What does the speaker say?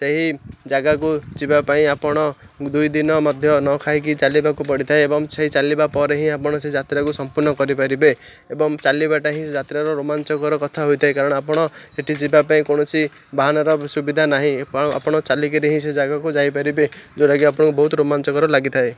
ସେହି ଜାଗାକୁ ଯିବା ପାଇଁ ଆପଣ ଦୁଇ ଦିନ ମଧ୍ୟ ନ ଖାଇକି ଚାଲିବାକୁ ପଡ଼ିଥାଏ ଏବଂ ସେଇ ଚାଲିବା ପରେ ହିଁ ଆପଣ ସେ ଯାତ୍ରାକୁ ସମ୍ପୂର୍ଣ୍ଣ କରିପାରିବେ ଏବଂ ଚାଲିବାଟା ହିଁ ଯାତ୍ରାର ରୋମାଞ୍ଚକର କଥା ହୋଇଥାଏ କାରଣ ଆପଣ ସେଠି ଯିବା ପାଇଁ କୌଣସି ବାହାନର ସୁବିଧା ନାହିଁ ଆପଣ ଚାଲି କରି ହିଁ ସେ ଜାଗାକୁ ଯାଇପାରିବେ ଯେଉଁଟାକି ଆପଣଙ୍କୁ ବହୁତ ରୋମାଞ୍ଚକର ଲାଗିଥାଏ